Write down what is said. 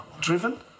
Driven